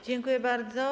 Dziękuję bardzo.